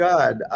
God